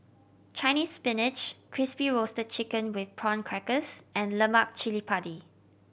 Chinese Spinach Crispy Roasted Chicken with Prawn Crackers and lemak cili padi